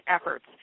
efforts